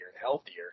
healthier